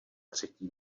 třetí